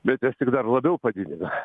bet jas tik dar labiau pagilina